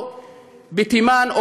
או בתימן,